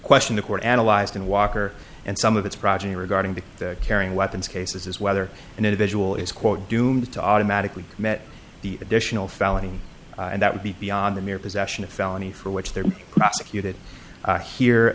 question the court analyzed in walker and some of its progeny regarding the carrying weapons cases is whether an individual is quote doomed to automatically commit the additional felony and that would be beyond the mere possession a felony for which they're prosecuted her